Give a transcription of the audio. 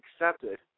accepted